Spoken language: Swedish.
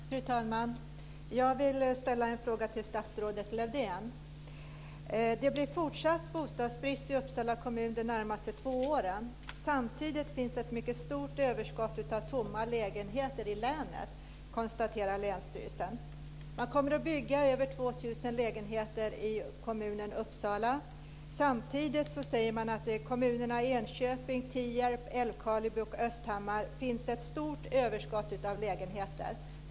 Fru talman! Jag vill ställa en fråga till statsrådet Lövdén. Det blir fortsatt bostadsbrist i Uppsala kommun de närmaste två åren. Samtidigt finns det ett mycket stort överskott av tomma lägenheter i länet, konstaterar länsstyrelsen. Man kommer att bygga över 2 000 lägenheter i kommunen Uppsala. Samtidigt säger man att det i kommunerna Enköping, Tierp, Älvkarleby och Östhammar finns ett stort överskott av lägenheter.